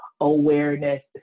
Awareness